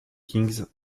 kings